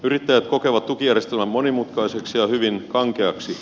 yrittäjät kokevat tukijärjestelmän monimutkaiseksi ja hyvin kankeaksi